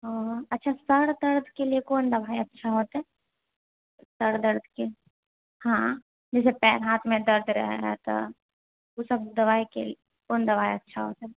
हुँ अच्छा सर दर्दके लिए कौन दवाइ अच्छा होतै सर दर्दके हांँ जैसे पैर हाथमे दर्द रहै तऽ ओ सब दवाइके कौन दवाइ अच्छा होतै